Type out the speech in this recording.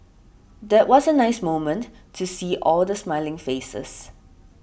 that was a nice moment to see all the smiling faces